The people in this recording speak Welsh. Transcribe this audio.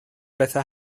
bethau